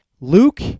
Luke